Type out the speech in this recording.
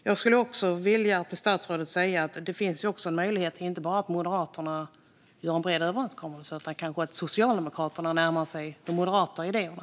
Jag skulle också vilja säga till statsrådet att det finns en möjlighet inte bara för Moderaterna att sluta en bred överenskommelse, utan Socialdemokraterna kanske också kan närma sig de moderata idéerna.